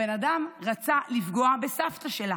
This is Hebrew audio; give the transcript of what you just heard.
הבן אדם רצה לפגוע בסבתא שלה